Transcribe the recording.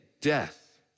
death